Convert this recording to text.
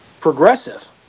progressive